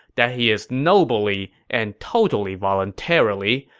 that he is nobly, and totally voluntarily,